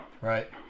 Right